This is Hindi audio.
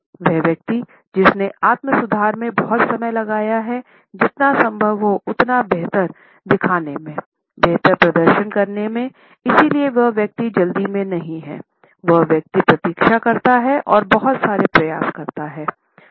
वह व्यक्ति जिसने आत्म सुधार में बहुत समय लगाया है जितना संभव हो उतना बेहतर दीखने मेंबेहतर प्रदर्शन करने में इसलिए वह व्यक्ति जल्दी में नहीं है वह व्यक्ति प्रतीक्षा करता है और बहुत सारे प्रयास करता है